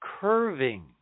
curving